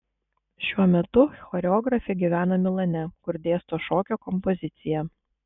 šiuo metu choreografė gyvena milane kur dėsto šokio kompoziciją